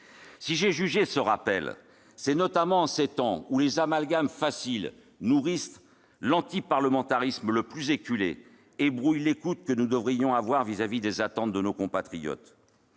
Si j'ai jugé utile ce rappel, c'est que nous sommes en des temps où les amalgames faciles nourrissent l'antiparlementarisme le plus éculé ... Ah !... et brouillent l'écoute que nous devrions avoir à l'égard des attentes de nos compatriotes.